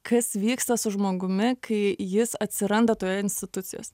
kas vyksta su žmogumi kai jis atsiranda toje institucijos